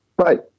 Right